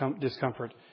discomfort